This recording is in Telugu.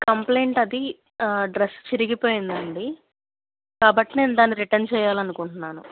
కంప్లయింట్ అది డ్రస్ చిరిగిపొయిందండి కాబట్టి నేను దాన్ని రిటర్న్ చెయ్యాలనుకుంటున్నాను